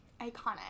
Iconic